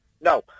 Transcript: no